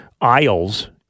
aisles